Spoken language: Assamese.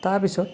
তাৰপিছত